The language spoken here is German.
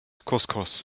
couscous